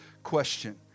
question